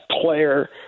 player